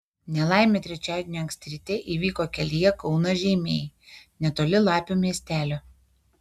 nelaimė trečiadienį anksti ryte įvyko kelyje kaunas žeimiai netoli lapių miestelio